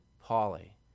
Polly